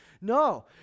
No